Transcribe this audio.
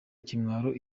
ikimwaro